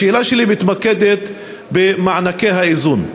השאלה שלי מתמקדת במענקי האיזון.